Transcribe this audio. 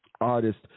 artist